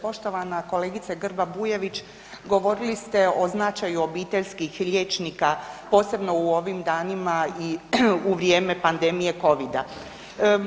Poštovana kolegice Grba-Bujević, govorili ste o značaju obiteljskih liječnika, posebno u ovim danima i u vrijeme pandemije COVID-a.